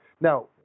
Now